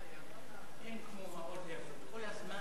אין כמו, כל הזמן